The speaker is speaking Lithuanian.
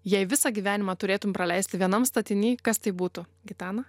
jei visą gyvenimą turėtum praleisti vienam statiny kas tai būtų gitana